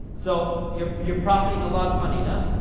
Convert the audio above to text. so, you're you're profiting a lot of money, no?